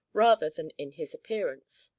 rather than in his appearance.